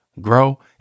grow